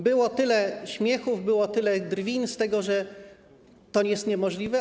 Było tyle śmiechów, było tyle drwin z tego, że to jest niemożliwe.